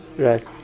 Right